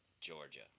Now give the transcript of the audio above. Georgia